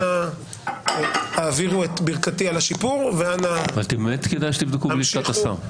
אנא העבירו את ברכתי על השיפור -- באמת כדאי שתבדקו בלשכת השר,